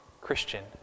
Christian